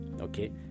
okay